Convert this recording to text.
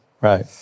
Right